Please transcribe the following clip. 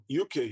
uk